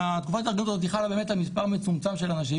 ותקופת ההתארגנות הזאת חלה באמת רק על מספר מצומצם של אנשים,